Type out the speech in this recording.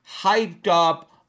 hyped-up